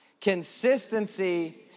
Consistency